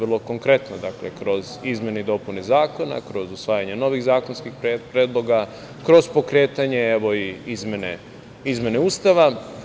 Dakle, vrlo konkretno, kroz izmene i dopune zakona, kroz usvajanje novih zakonskih predloga, kroz pokretanje izmene Ustava.